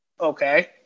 Okay